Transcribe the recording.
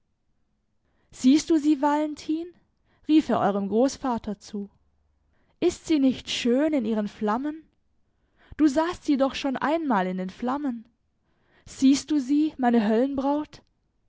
siehst du sie valentin rief er eurem großvater zu ist sie nicht schön in ihren flammen du sahst sie doch schon einmal in den flammen siehst du sie meine